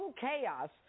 chaos